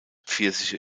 pfirsiche